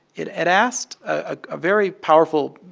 it asked a very powerful,